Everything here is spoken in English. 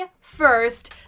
first